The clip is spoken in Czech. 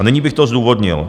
A nyní bych to zdůvodnil.